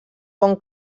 bon